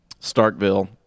Starkville